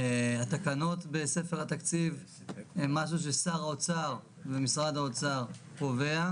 התקנות בספר התקציב הן משהו ששר האוצר ומשרד האוצר קובע,